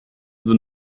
sind